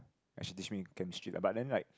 and she teach me chemistry lah but then like